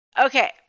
okay